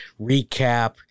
recap